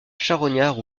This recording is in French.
charognard